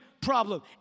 problem